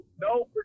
no